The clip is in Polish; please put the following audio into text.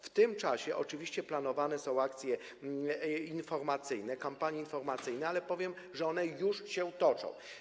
W tym czasie oczywiście planowane są akcje informacyjne, kampanie informacyjne, przy czym powiem, że one już się toczą.